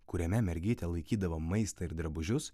kuriame mergytė laikydavo maistą ir drabužius